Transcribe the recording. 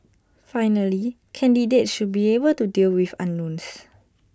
finally candidates should be able to deal with unknowns